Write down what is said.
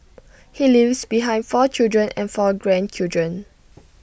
he leaves behind four children and four grandchildren